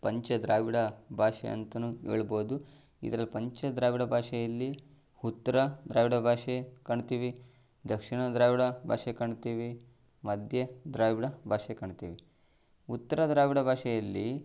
ಪಂಚ ದ್ರಾವಿಡ ಭಾಷೆ ಅಂತನೂ ಹೇಳ್ಬೋದು ಇದ್ರಲ್ಲಿ ಪಂಚ ದ್ರಾವಿಡ ಭಾಷೆಯಲ್ಲಿ ಉತ್ತರ ದ್ರಾವಿಡ ಭಾಷೆ ಕಾಣ್ತೀವಿ ದಕ್ಷಿಣ ದ್ರಾವಿಡ ಭಾಷೆ ಕಾಣ್ತೀವಿ ಮಧ್ಯ ದ್ರಾವಿಡ ಭಾಷೆ ಕಾಣ್ತೀವಿ ಉತ್ತರ ದ್ರಾವಿಡ ಭಾಷೆಯಲ್ಲಿ